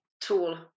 tool